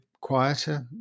quieter